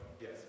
Yes